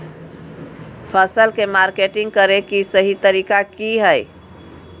फसल के मार्केटिंग करें कि सही तरीका की हय?